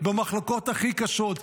במחלוקות הכי קשות,